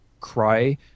cry